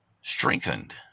strengthened